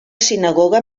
sinagoga